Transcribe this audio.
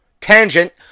tangent